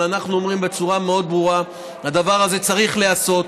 אבל אנחנו אומרים בצורה מאוד ברורה: הדבר הזה צריך להיעשות.